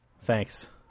Thanks